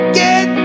get